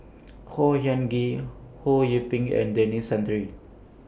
Khor Ean Ghee Ho Yee Ping and Denis Santry